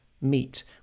meet